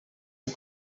del